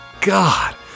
God